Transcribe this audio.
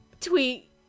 tweet